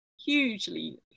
hugely